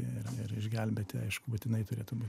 ir ir išgelbėti aišku būtinai turėtų būt